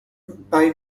bei